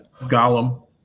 Gollum